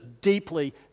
deeply